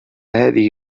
هذه